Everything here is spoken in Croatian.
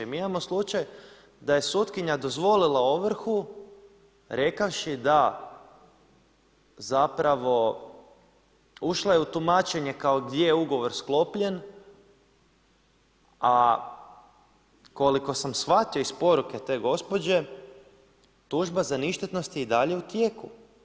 Mi imamo slučaj da je sutkinja dozvolila ovrhu rekavši da zapravo, ušla je u tumačenje gdje je ugovor sklopljen, a koliko sam shvatio iz poruke te gospođe tužba za ništetnost je i dalje u tijeku.